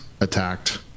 attacked